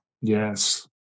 Yes